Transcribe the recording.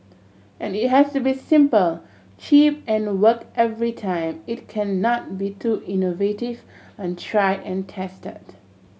as it has to be simple cheap and work every time it cannot be too innovative untried and tested